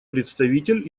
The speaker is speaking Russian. представитель